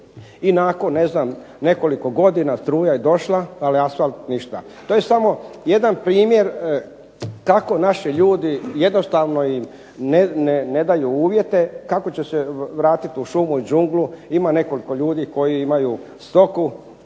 znam nekoliko godina struja je došla ali asfalt ništa. To je samo jedan primjer kako naši ljudi jednostavno im ne daju uvjete. Kako će se vratiti u šumu, džunglu. Ima nekoliko ljudi koji imaju stoku,